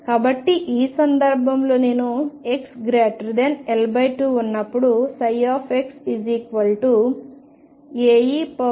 కాబట్టి ఈ సందర్భంలో నేను xL2 ఉన్నప్పుడు xA e αx అవుతుంది